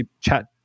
Chat